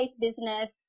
business